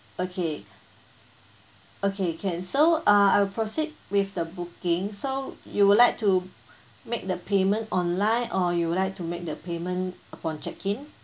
okay okay can so uh I'll proceed with the booking so you would like to make the payment online or you would like to make the payment upon check in